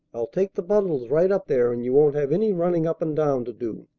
i'll take the bundles right up there, and you won't have any running up and down to do.